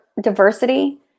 diversity